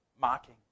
mocking